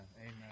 Amen